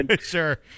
Sure